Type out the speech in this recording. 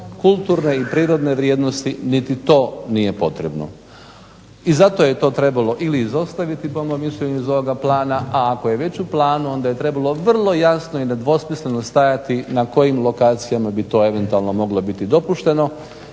kulturne i prirodne vrijednosti niti to nije potrebno. I zato je to trebalo ili izostaviti po mom mišljenju iz ovoga plana, ako je već u planu onda je trebalo vrlo jasno i nedvosmisleno stajati na kojim lokacijama bi to eventualno biti dopušteno.